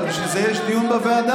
אבל בשביל זה יש דיון בוועדה.